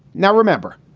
now, remember,